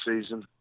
season